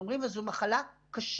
אנחנו אומרים שזו מחלה קשה.